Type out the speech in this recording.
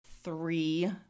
three